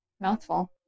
Mouthful